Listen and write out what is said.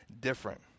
different